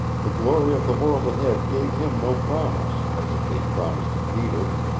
the glory of the world ahead gave him no promise, as it gave promise to peter.